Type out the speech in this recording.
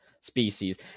species